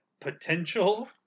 potential